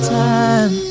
time